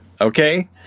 Okay